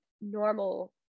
normal